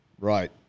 Right